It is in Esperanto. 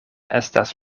estas